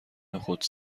نخود